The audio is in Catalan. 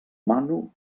mano